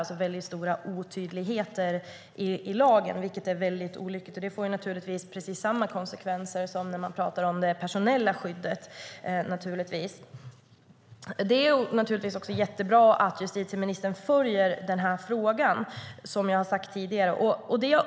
Det är alltså stora otydligheter i lagen, vilket är väldigt olyckligt. Det får naturligtvis samma konsekvenser som när man pratar om det personella skyddet. Det är naturligtvis jättebra att justitieministern följer den här frågan, som jag har sagt tidigare.